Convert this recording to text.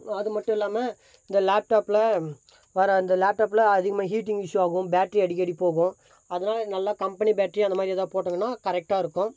அது மட்டும் இல்லாமல் இந்த லேப்டாப்பில் வர அந்த லேப்டாப்பில் அதிகமாக ஹீட்டிங் இஷ்யூ ஆகும் பேட்ரி அடிக்கடி போகும் அதெலாம் நல்லா கம்பெனி பேட்ரி அந்த மாதிரி எதாவது போட்டாங்கனால் கரெக்டாக இருக்கும்